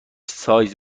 سایز